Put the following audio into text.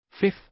Fifth